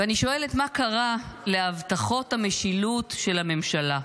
ואני שואלת מה קרה להבטחות המשילות של הממשלה: